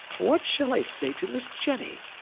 what shall i say to miss jenny?